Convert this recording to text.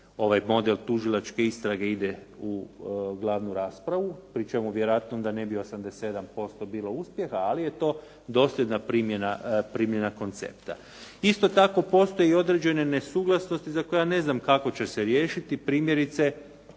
ovaj model tužilačke istrage ide u glavnu raspravu pri čemu vjerojatno onda ne bi 87% bilo uspjeha, ali je to dosljedna primjena koncepta. Isto tako, postoje i određene nesuglasnosti za koje ja ne znam kako će se riješiti. Primjerice,